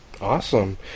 Awesome